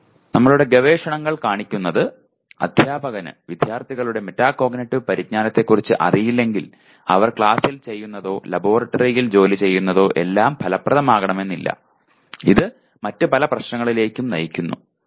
ഞങ്ങളുടെ ഗവേഷണങ്ങൾ കാണിക്കുന്നത് അധ്യാപകന് വിദ്യാർത്ഥികളുടെ മെറ്റാകോഗ്നിറ്റീവ് പരിജ്ഞാനത്തെക്കുറിച്ച് അറിയില്ലെങ്കിൽ അവർ ക്ലാസ്സിൽ ചെയ്യുന്നതോ ലബോറട്ടറിയിൽ ജോലി ചെയ്യുന്നതോ എല്ലാം ഫലപ്രദമാകണമെന്നില്ല ഇത് മറ്റ് പല പ്രശ്നങ്ങളിലേക്കും നയിക്കുന്നു